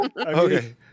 Okay